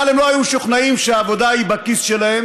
אבל הם לא היו משוכנעים שהעבודה היא בכיס שלהם,